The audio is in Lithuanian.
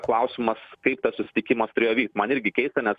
klausimas kaip tas susitikimas turėjo vykt man irgi keista nes